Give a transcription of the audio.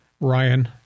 Ryan